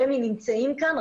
רמ"י נמצאים כאן,